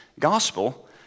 gospel